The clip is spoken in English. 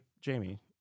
Jamie